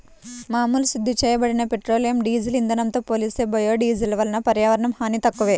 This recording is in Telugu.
మామూలు శుద్ధి చేయబడిన పెట్రోలియం, డీజిల్ ఇంధనంతో పోలిస్తే బయోడీజిల్ వలన పర్యావరణ హాని తక్కువే